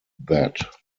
that